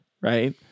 right